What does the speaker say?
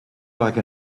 like